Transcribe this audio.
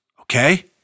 okay